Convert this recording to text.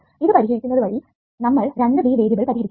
ഇത് പരിഹരിക്കുന്നത് വഴി നമ്മൾ 2B വേരിയബിൾ പരിഹരിക്കുന്നു